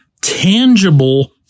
tangible